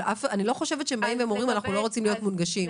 אני לא חושבת שהם אומרים שהם לא רוצים להיות מונגשים,